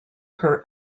per